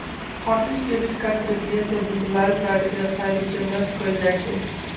hot list debit card प्रक्रिया से भुतलायल कार्ड के स्थाई रूप से नष्ट कएल जाइ छइ